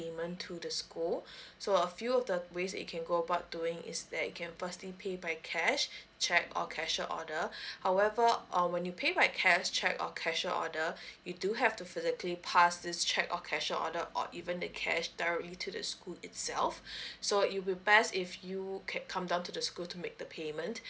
payment to the school so a few of the ways it can go about doing is that you can firstly pay by cash cheque or cashier order however or when you pay by cash cheque or cashier order we do have to physically pass this cheque or cashier order or even the cash directly to the school itself so it will be best if you can come down to the school to make the payment